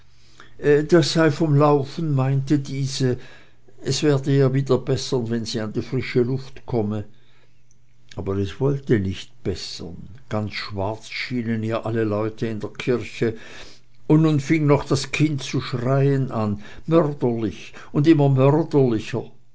das sei vom laufen meinte diese es werde ihr wieder bessern wenn sie an die frische luft komme aber es wollte ihr nicht bessern ganz schwarz schienen ihr alle leute in der kirche und nun fing noch das kind zu schreien an mörderlich und immer